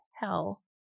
Hell